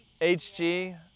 HG